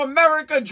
America